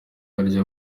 arya